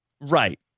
Right